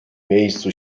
miejscu